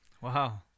Wow